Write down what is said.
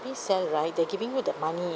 H_D_B sell right they're giving you the money